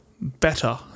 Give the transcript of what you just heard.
better